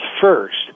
first